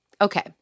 Okay